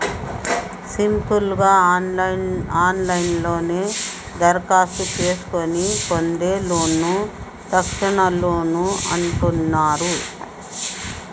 simple గా ఆన్లైన్లోనే దరఖాస్తు చేసుకొని పొందే లోన్లను తక్షణలోన్లు అంటున్నరు